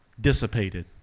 dissipated